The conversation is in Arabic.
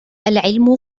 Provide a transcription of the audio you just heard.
العلم